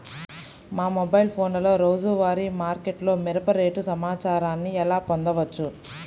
మా మొబైల్ ఫోన్లలో రోజువారీ మార్కెట్లో మిరప రేటు సమాచారాన్ని ఎలా పొందవచ్చు?